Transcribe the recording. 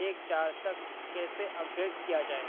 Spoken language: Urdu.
ایک چار تک کیسے اپڈیٹ کیا جائے